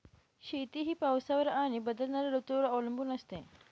शेती ही पावसावर आणि बदलणाऱ्या ऋतूंवर अवलंबून असते